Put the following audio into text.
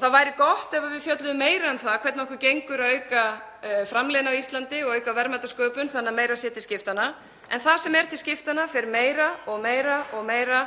Það væri gott ef við fjölluðum meira um það hvernig okkur gengur að auka framleiðni á Íslandi og auka verðmætasköpun þannig að meira sé til skiptanna. Það sem er til skiptanna fer meira og meira